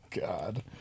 God